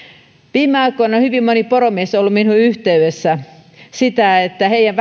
viime aikoina hyvin moni poromies on ollut minuun yhteydessä siitä että korvauksia heidän